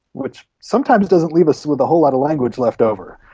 which sometimes doesn't leave us with a whole lot of language left over.